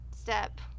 step